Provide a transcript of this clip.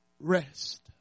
rest